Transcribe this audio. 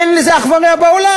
אין לזה אח ורע בעולם,